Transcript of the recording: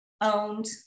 owned